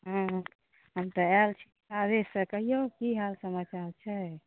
हम तऽ आयल छी साँझेसँ कहियौ की हाल समाचार छै